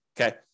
Okay